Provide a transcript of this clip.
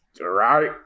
right